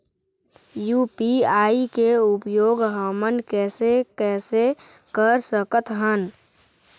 UPI के उपयोग हमन कैसे कैसे कर सकत हन?